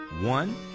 One